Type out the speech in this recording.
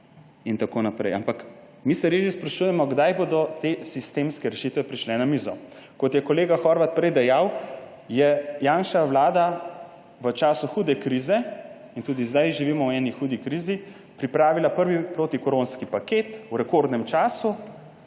in tako naprej. Ampak mi se res že sprašujemo, kdaj bodo te sistemske rešitve prišle na mizo. Kot je kolega Horvat prej dejal, je Janševa vlada v času hude krize – in tudi zdaj živimo v eni hudi krizi – pripravila prvi protikoronski paket v rekordnem času.